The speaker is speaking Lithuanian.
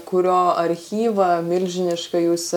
kurio archyvą milžinišką jūs